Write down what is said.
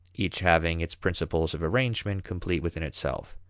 each having its principles of arrangement complete within itself.